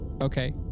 Okay